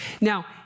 Now